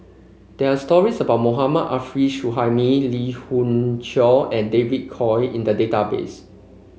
there are stories about Mohammad Arif Suhaimi Lee Khoon Choy and David Kwo in the database